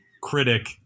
critic